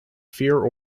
fear